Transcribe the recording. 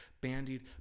bandied